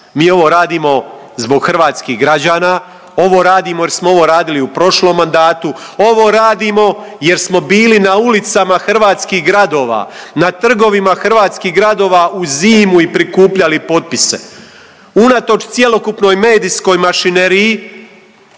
mi ovo radimo zbog hrvatskih građana, ovo radimo jer smo ovo radili u prošlom mandatu, ovo radimo jer smo bili na ulicama hrvatskih gradova, na trgovima hrvatskih gradova u zimu i prikupljali potpise. Unatoč cjelokupnoj medijskoj mašineriji